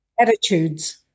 Attitudes